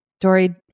dory